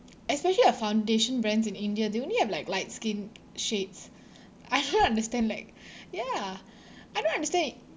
especially uh foundation brands in india they only have like light skin shades I don't understand like ya I don't understand it